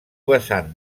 vessant